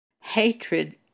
hatred